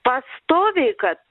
pastoviai kad